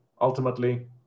ultimately